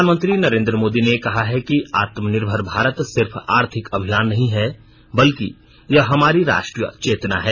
प्रधानमंत्री नरेन्द्र मोदी ने कहा है कि आत्मनिर्भर भारत सिर्फ आर्थिक अभियान नहीं है बल्कि यह हमारी राष्ट्रीय चेतना है